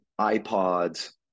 iPods